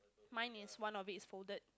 mine is one of it is folded